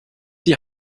die